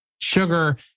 sugar